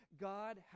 God